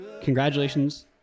Congratulations